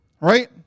Right